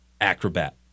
acrobat